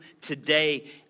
today